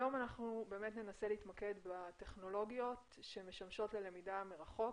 היום ננסה להתמקד בטכנולוגיות שמשמשות ללמידה מרחוק.